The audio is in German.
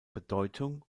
bedeutung